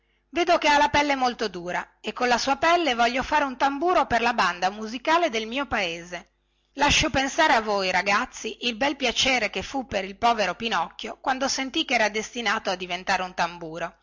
vedo che ha la pelle molto dura e con la sua pelle voglio fare un tamburo per la banda musicale del mio paese lascio pensare a voi ragazzi il bel piacere che fu per il povero pinocchio quando sentì che era destinato a diventare un tamburo